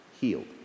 healed